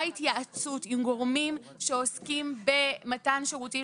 הגורם המטפל, יש לו כאן זכאויות.